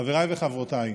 חבריי וחברותיי,